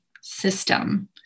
system